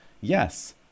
Yes